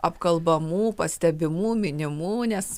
apkalbamų pastebimų minimų nes